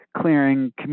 clearing